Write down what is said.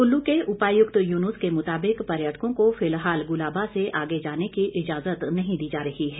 कुल्लू के उपायुक्त युनूस के मुताबिक पर्यटकों को फिलहाल गुलाबा से आगे जाने की इजाजत नहीं दी जा रही है